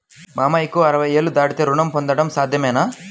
మామయ్యకు అరవై ఏళ్లు దాటితే రుణం పొందడం సాధ్యమేనా?